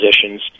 positions